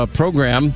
program